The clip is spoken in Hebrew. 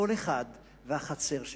כל אחד והחצר שלו,